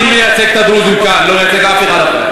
אני מייצג את הדרוזים כאן, לא מייצג אף אחד אחר.